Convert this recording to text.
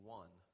one